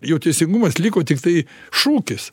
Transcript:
jau teisingumas liko tiktai šūkis